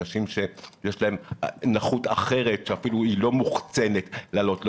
אנשים שיש להם נכות אחרת שהיא אפילו לא מוחצנת לעלות לאוטובוס,